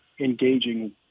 engaging